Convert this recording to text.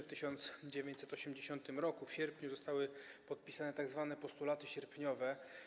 W 1980 r. w sierpniu zostały podpisane tzw. postulaty sierpniowe.